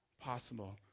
possible